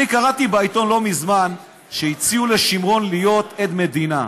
קראתי בעיתון לא מזמן שהציעו לשמרון להיות עד מדינה.